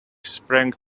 sprang